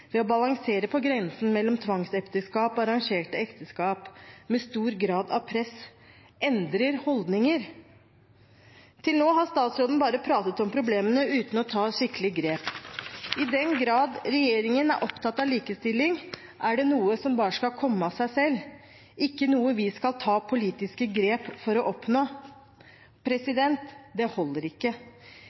ved å balansere på grensen mellom tvangsekteskap og arrangerte ekteskap, med stor grad av press, endrer holdninger? Til nå har statsråden bare pratet om problemene uten å ta skikkelig grep. I den grad regjeringen er opptatt av likestilling, er det noe som bare skal komme av seg selv, ikke noe vi skal ta politiske grep for å oppnå. Det holder ikke.